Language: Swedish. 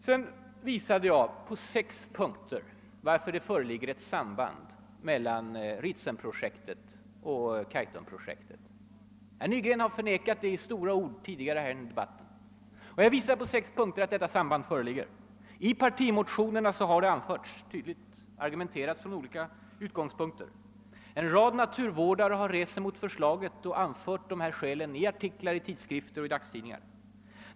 Sedan visade jag i sex punkter, varför det föreligger ett samband mellan Ritsemprojektet och Kaitumprojektet. Herr Nygren hade med stora ord förnekat detta tidigare under debatten. I partimotionerna har man tydligt argumenterat från flera utgångspunkter. En rad naturvårdare har vänt sig mot förslaget och anfört de här skälen i artiklar i tidskrifter och dagstidningar.